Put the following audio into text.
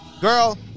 girl